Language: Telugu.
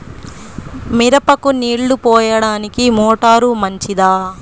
మిరపకు నీళ్ళు పోయడానికి మోటారు మంచిదా?